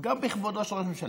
גם בכבודו של ראש הממשלה.